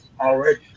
already